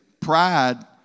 Pride